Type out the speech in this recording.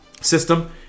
system